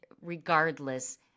regardless